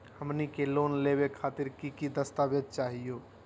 हमनी के लोन लेवे खातीर की की दस्तावेज चाहीयो?